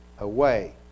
away